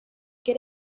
get